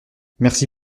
merci